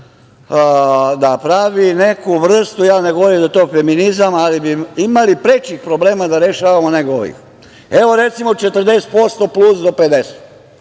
da pravi neku vrstu, ja ne govorim da je to feminizam, ali bismo imali prečih problema da rešavamo nego ovih. Recimo, 40% plus do 50%,